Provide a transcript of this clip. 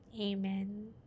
Amen